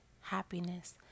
happiness